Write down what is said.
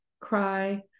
cry